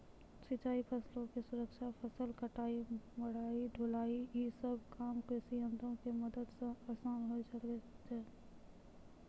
सिंचाई, फसलो के सुरक्षा, फसल कटाई, मढ़ाई, ढुलाई इ सभ काम कृषियंत्रो के मदत से असान होय गेलो छै